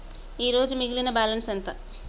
ఈరోజు మిగిలిన బ్యాలెన్స్ ఎంత?